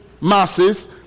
masses